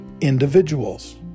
individuals